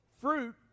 Fruit